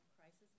Crisis